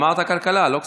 אמרת כלכלה, לא כספים.